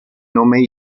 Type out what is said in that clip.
nome